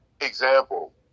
Example